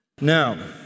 Now